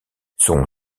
son